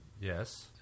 Yes